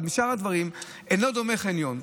אבל לשאר הדברים אין דומה חניון,